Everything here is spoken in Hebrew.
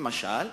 למשל,